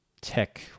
tech